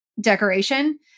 decoration